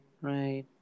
right